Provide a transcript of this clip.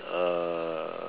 uh